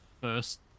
first